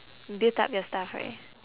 built up your stuff right